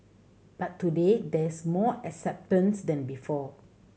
but today there's more acceptance than before